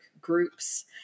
groups